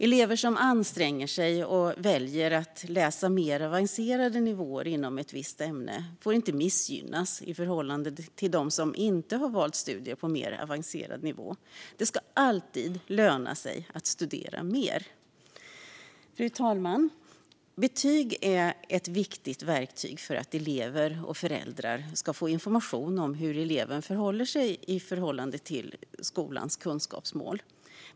Elever som anstränger sig och väljer att läsa mer avancerade nivåer inom ett visst ämne får inte missgynnas i förhållande till dem som inte har valt studier på en mer avancerad nivå. Det ska alltid löna sig att studera mer. Fru talman! Betyg är ett viktigt verktyg för att elever och föräldrar ska få information om hur eleven förhåller sig till skolans kunskapsmål.